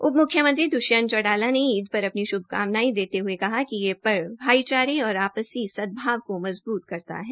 उप म्ख्यमंत्री द्ष्यंत चौटाला ने ईद पर अपनी श्भकामनायें देते हये कहा कि यह पर्व भाई चारे और आपसी सदभाव को मजबूत करता है